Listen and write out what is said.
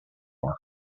war